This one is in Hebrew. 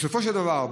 בסופו של דבר,